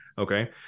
Okay